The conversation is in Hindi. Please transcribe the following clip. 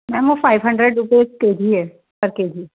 मैम वह five hundred rupees K G है पर के जी